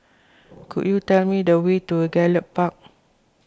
could you tell me the way to Gallop Park